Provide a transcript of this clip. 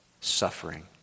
suffering